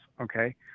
okay